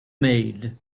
made